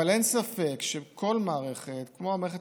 אבל אין ספק שכל מערכת כמו המערכת